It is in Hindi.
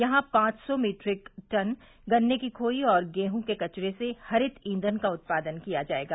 यहां पांच सौ मैट्रिक टन गन्ने की खोई और गेहूं के कचरे से हरित ईंघन का उत्पादन किया जायेगा